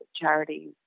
charities